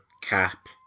Cap